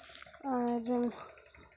ᱟᱨ